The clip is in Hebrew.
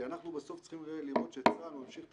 כי אנחנו בסוף צריכים לראות שצה"ל ממשיך את